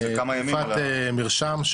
תרופת מרשם,